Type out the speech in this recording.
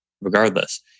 regardless